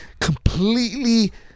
completely